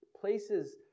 places